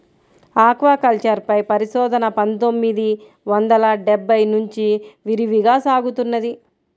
aquaculture పై పరిశోధన పందొమ్మిది వందల డెబ్బై నుంచి విరివిగా సాగుతున్నది